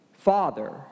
father